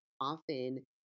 often